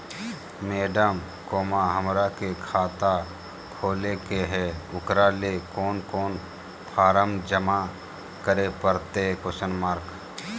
Madam, हमरा के खाता खोले के है उकरा ले कौन कौन फारम जमा करे परते?